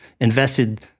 invested